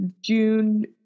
June